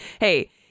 Hey